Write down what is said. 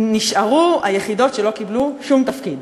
נשארו היחידות שלא קיבלו שום תפקיד.